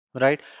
right